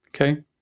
Okay